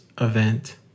event